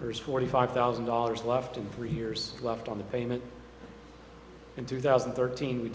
hers forty five thousand dollars left in three years left on the payment in two thousand and thirteen we